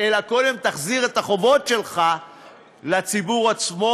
אלא קודם תחזיר את החובות שלך לציבור עצמו?